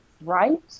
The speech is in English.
right